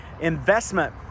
investment